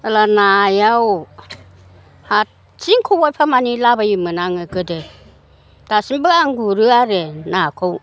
हेला नायाव हारसिं खबायफा माने लाबोयोमोन आङो गोदो दासिमबो आं गुरो आरो नाखौ